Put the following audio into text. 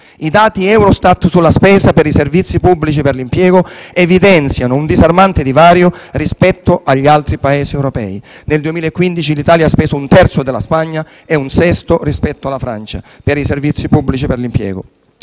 I dati Eurostat sulla spesa per i servizi pubblici per l'impiego evidenziano un disarmante divario rispetto agli altri Paesi europei: nel 2015 L'Italia ha speso un terzo della Spagna e un sesto rispetto alla Francia. Per la prima